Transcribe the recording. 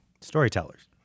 storytellers